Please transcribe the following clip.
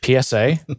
PSA